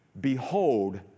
behold